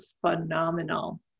phenomenal